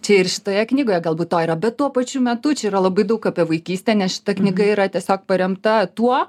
čia ir šitoje knygoje galbūt to yra bet tuo pačiu metu čia yra labai daug apie vaikystę nes šita knyga yra tiesiog paremta tuo